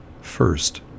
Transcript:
first